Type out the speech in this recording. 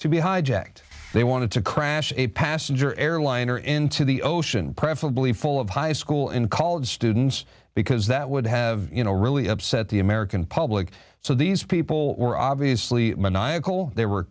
to be hijacked they wanted to crash a passenger airliner into the ocean preferably full of high school in college students because that would have you know really upset the american public so these people were obviously maniacal they were